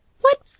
What